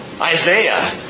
Isaiah